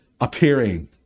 appearing